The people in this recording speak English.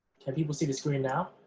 can people see the screen now?